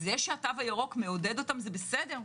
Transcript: זה שהתו הירוק מעודד אותם זה בסדר.